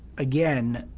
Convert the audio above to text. again,